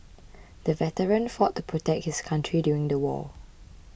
the veteran fought to protect his country during the war